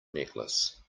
necklace